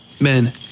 Men